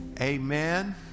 Amen